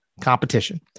Competition